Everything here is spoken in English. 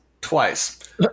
twice